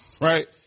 Right